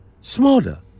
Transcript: smaller